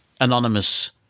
anonymous